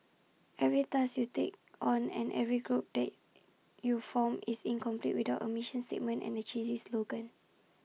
every task you take on and every group that you form is incomplete without A mission statement and A cheesy slogan